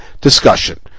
discussion